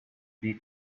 die